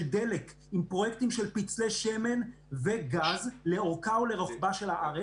כולל פרויקטים של פצלי שמן וגז לאורכה ולרוחבה של הארץ,